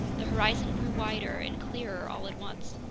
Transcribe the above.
the horizon grew wider and clearer all at once.